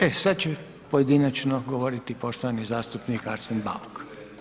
E sad će pojedinačno govoriti poštovani zastupnik Arsen Bauk.